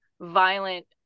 violent